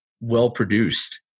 well-produced